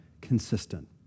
consistent